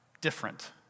different